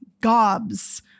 gobs